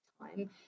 time